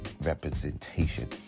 representation